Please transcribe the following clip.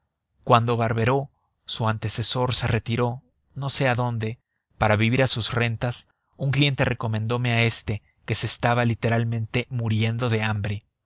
cuando barberau su antecesor se retiró no sé adónde para vivir de sus rentas un cliente recomendome a este que se estaba literalmente muriendo de hambre